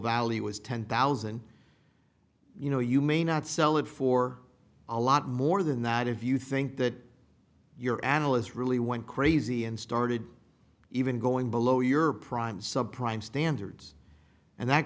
value was ten thousand you know you may not sell it for a lot more than that if you think that your analysts really went crazy and started even going below your prime sub prime standards and that